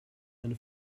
eine